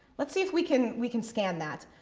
let's see if we can we can scan that.